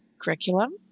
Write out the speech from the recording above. curriculum